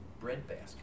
breadbasket